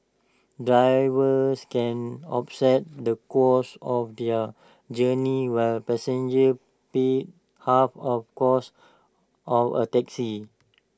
drivers can offset the costs of their journey while passengers pay half of cost of A taxi